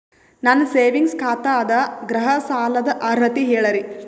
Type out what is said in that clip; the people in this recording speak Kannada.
ನನ್ನ ಸೇವಿಂಗ್ಸ್ ಖಾತಾ ಅದ, ಗೃಹ ಸಾಲದ ಅರ್ಹತಿ ಹೇಳರಿ?